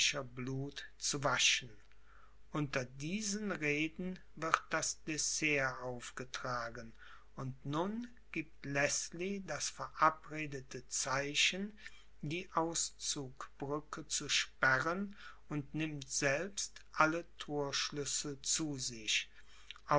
blut zu waschen unter diesen reden wird das dessert aufgetragen und nun gibt leßlie das verabredete zeichen die auszugbrücke zu sperren und nimmt selbst alle thorschlüssel zu sich